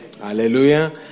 Hallelujah